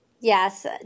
Yes